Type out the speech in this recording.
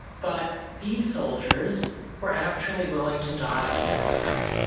but these soldiers were actually willing to die for their country.